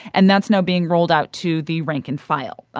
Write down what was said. and that's now being rolled out to the rank and file.